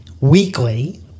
weekly